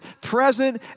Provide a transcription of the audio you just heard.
present